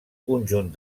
conjunt